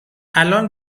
الان